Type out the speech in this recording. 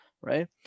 right